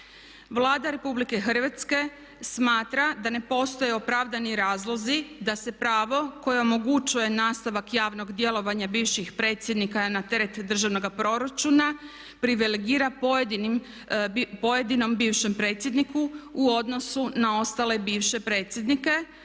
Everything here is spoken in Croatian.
Vlada RH smatra da ne postoje opravdani razlozi da se pravo koje omogućuje nastavak javnog djelovanja bivših predsjednika na teret državnoga proračuna privilegira pojedinom bivšem predsjedniku u odnosu na ostale bivše predsjednike,